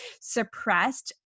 suppressed